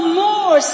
more